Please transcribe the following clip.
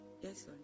Yes